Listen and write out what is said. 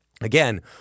again